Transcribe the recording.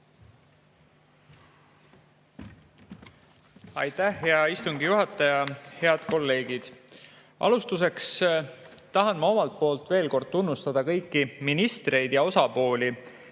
Aitäh, hea istungi juhataja! Head kolleegid! Alustuseks tahan ma veel kord tunnustada kõiki ministreid ja osapooli,